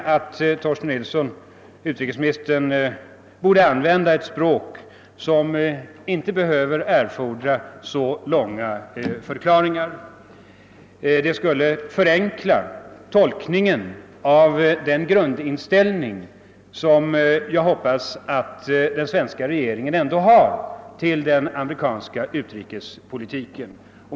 Jag tycker onekligen att utrikesministern borde använda ett språk som inte behöver erfordra så långa förklaringar. Det skulle förenkla tolkningen av den grundinställning som jag hoppas att den svenska regeringen ändå har till den amerikanska utrikespolitiken.